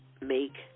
make